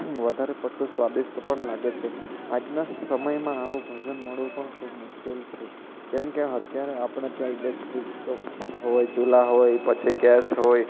વધારે પડતું સ્વાદિષ્ટ પણ લાગે છે આજના સમયમાં આવું ભોજન મળવું પણ ખૂબ મુશ્કેલ છે કેમ કે અત્યારે આપણા ત્યાં ઇલેક્ટ્રિક હોય ચૂલા હોય પછી ગેસ હોય